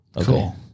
Cool